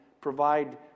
provide